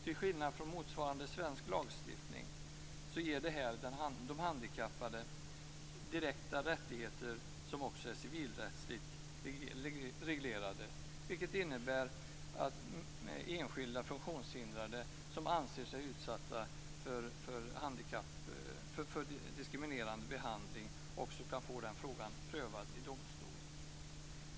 Till skillnad från motsvarande svensk lagstiftning ger detta de handikappade direkta rättigheter som också är civilrättsligt reglerade, vilket innebär att enskilda funktionshindrade som anser sig utsatta för diskriminerande behandling kan få frågan prövad i domstol.